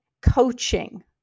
coaching